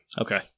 Okay